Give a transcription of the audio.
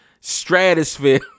Stratosphere